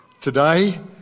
today